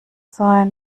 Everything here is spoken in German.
sein